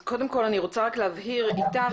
אז קודם כל אני רוצה רק להבהיר איתך,